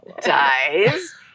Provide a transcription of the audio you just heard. dies